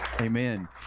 amen